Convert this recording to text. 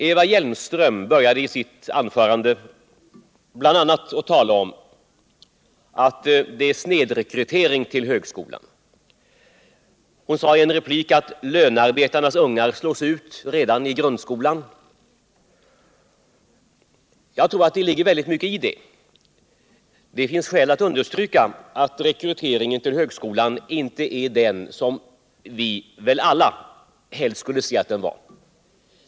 Eva Hjelmström började i sitt anförande med att bl.a. tala om cen snedrekrytering ull högskolan, och i en replik sade hon att löncarbetarnas ungar slås ut redan i grundskolan. Jag tror att det ligger väldigt mycket i det påståendet. Det finns skäl att understryka att rekryteringen till högskolan inte är som vi väl alla helst skulle se att den var.